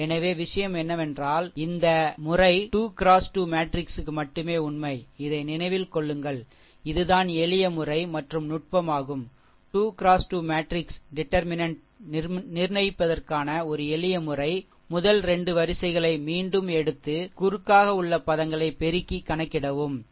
எனவே விஷயம் என்னவென்றால் இந்த முறை 2 X 2 மேட்ரிக்ஸுக்கு மட்டுமே உண்மை இதை நினைவில் கொள்ளுங்கள் இதுதான் எளிய முறை மற்றும் நுட்பம் ஆகும் 2 x 2 மேட்ரிக்ஸ் டிடெர்மினென்ட் நிர்ணயிப்பதற்கான ஒரு எளிய முறை முதல் 2 வரிசைகளை மீண்டும் எடுத்து குறுக்காக உள்ள பதங்களை பெருக்கி கணக்கிடலாம் சரி